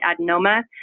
adenoma